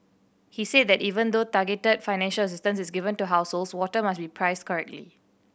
he said that even though targeted financial assistance is given to households water must be priced correctly